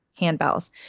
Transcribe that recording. handbells